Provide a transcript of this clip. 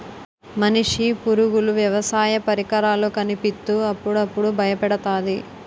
మనిషి పరుగులు వ్యవసాయ పరికరాల్లో కనిపిత్తు అప్పుడప్పుడు బయపెడతాది